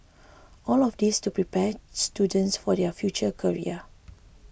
all of this to prepare students for their future career